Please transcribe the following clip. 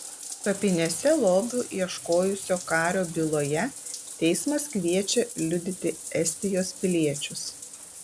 kapinėse lobių ieškojusio kario byloje teismas kviečia liudyti estijos piliečius